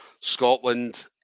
Scotland